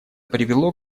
привело